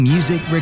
Music